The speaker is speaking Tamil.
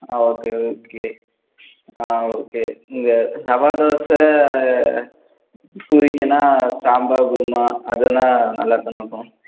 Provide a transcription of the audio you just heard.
ஆ ஓகே ஓகே ஆ ஓகே இந்த ரவை தோசை பூரிக்கெல்லாம் சாம்பார் குருமா அதெல்லாம் நல்லா தானே இருக்கும்